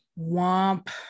Womp